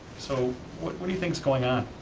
so what what do you think is going on?